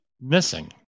missing